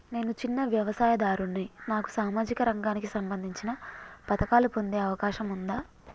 నేను చిన్న వ్యవసాయదారుడిని నాకు సామాజిక రంగానికి సంబంధించిన పథకాలు పొందే అవకాశం ఉందా?